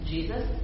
Jesus